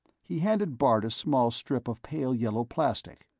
he handed bart a small strip of pale-yellow plastic.